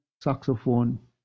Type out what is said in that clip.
saxophone